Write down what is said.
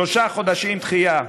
שלושה חודשים דחייה.